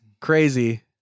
crazy